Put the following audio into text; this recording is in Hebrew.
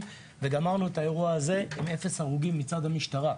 גמרנו את האירוע הזה עם אפס הרוגים מצד המשטרה.